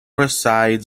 resides